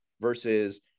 versus